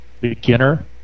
beginner